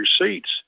receipts